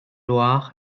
loire